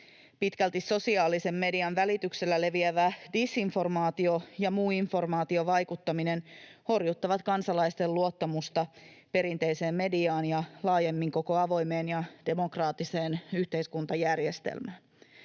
Pitkälti sosiaalisen median välityksellä leviävä disinformaatio ja muu informaatiovaikuttaminen horjuttavat kansalaisten luottamusta perinteiseen mediaan ja laajemmin koko avoimeen ja demokraattiseen yhteiskuntajärjestelmään.